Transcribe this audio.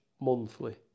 monthly